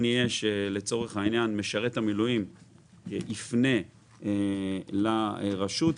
כשמשרת המילואים יפנה לרשות,